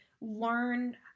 learn